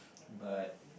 but